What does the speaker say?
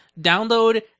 download